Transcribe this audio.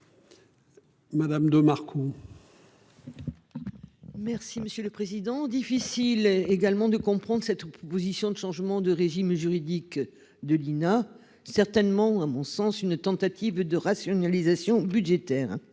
Madame de Marco. Merci monsieur le président. Difficile également de comprendre cette proposition de changement de régime juridique. De l'INA, certainement, à mon sens une tentative de rationalisation budgétaire.